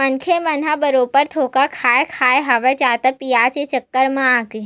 मनखे मन ह बरोबर धोखा खाय खाय हवय जादा बियाज के चक्कर म आके